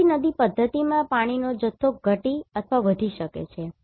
આનાથી નદી પધ્ધતિમાં પાણીનો જથ્થો ઘટી અથવા વધી શકે છે